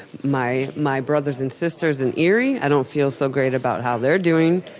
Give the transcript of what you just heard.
my my brothers and sisters in erie, i don't feel so great about how they're doing.